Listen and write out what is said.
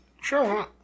Sure